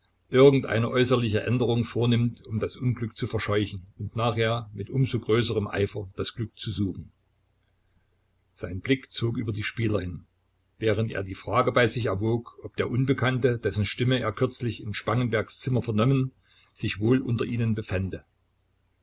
irgendeine äußerliche änderung vornimmt um das unglück zu verscheuchen und nachher mit um so größerem eifer das glück zu suchen sein blick zog über die spieler hin während er die frage bei sich erwog ob der unbekannte dessen stimme er kürzlich in spangenbergs zimmer vernommen sich wohl unter ihnen befände